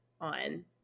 on